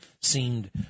seemed –